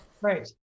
right